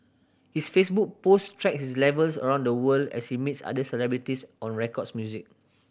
his Facebook post track his travels around the world as he meets other celebrities on records music